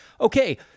Okay